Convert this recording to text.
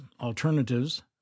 alternatives